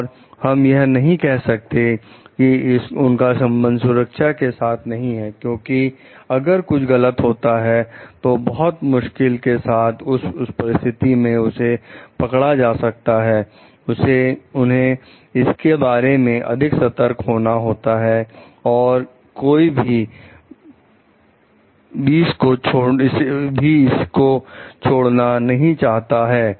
और हम यह नहीं कह सकते कि उनका संबंध सुरक्षा के साथ नहीं है क्योंकि अगर कुछ गलत होता है तो बहुत मुश्किल के साथ उस परिस्थिति में उसे पकड़ा जा सकता है उन्हें इसके बारे में अधिक सतर्क होना होता है और कोई भी 20 को छोड़ना नहीं होता है